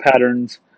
patterns